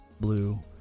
blue